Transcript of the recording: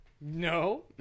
No